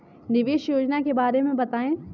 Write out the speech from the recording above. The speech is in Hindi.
निवेश योजना के बारे में बताएँ?